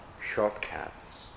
shortcuts